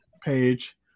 page